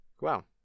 Wow